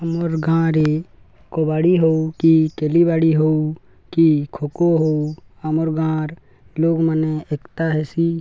ଆମର୍ ଗାଁରେ କବାଡ଼ି ହଉ କି କଲିବାଡ଼ି ହଉ କି ଖୋଖୋ ହଉ ଆମର୍ ଗାଁର ଲୋକମାନେ ଏକତା ହେସି